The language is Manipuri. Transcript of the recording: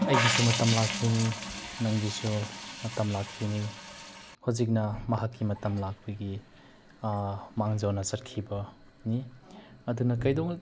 ꯑꯩꯒꯤꯁꯨ ꯃꯇꯝ ꯂꯥꯛꯈꯤꯒꯅꯤ ꯅꯪꯒꯤꯁꯨ ꯃꯇꯝ ꯂꯥꯛꯈꯤꯅꯤ ꯍꯧꯖꯤꯛꯅ ꯃꯍꯥꯛꯀꯤ ꯃꯇꯝ ꯂꯥꯛꯄꯒꯤ ꯃꯥꯡꯖꯧꯅ ꯆꯠꯈꯤꯕꯅꯤ ꯑꯗꯨꯅ ꯀꯩꯗꯧꯉꯩ